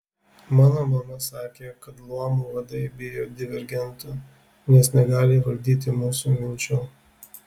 mano mama sakė kad luomų vadai bijo divergentų nes negali valdyti mūsų minčių